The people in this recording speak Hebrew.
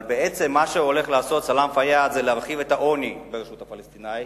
אבל בעצם מה שהולך לעשות סלאם פיאד זה להרחיב את העוני ברשות הפלסטינית,